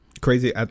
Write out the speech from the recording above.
Crazy